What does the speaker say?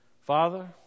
Father